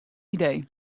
idee